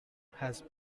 has